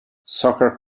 soccer